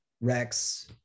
Rex